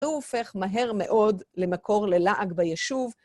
והוא הופך מהר מאוד למקור ללעג בישוב.